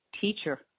teacher